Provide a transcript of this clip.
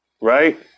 right